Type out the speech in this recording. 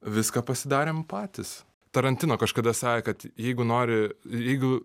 viską pasidarėm patys tarantino kažkada sakė kad jeigu nori jeigu